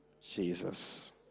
Jesus